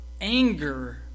Anger